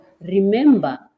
remember